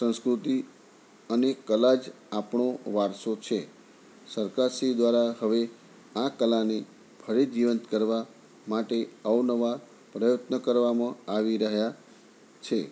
સંસ્કૃતિ અને કલા જ આપણો વારસો છે સરકાર શ્રી દ્વારા હવે આ કલાને ફરી જીવંત કરવા માટે અવનવા પ્રયત્ન કરવામાં આવી રહ્યા છે